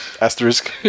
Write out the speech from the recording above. asterisk